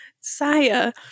saya